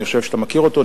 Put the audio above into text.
אני חושב שאתה מכיר אותו,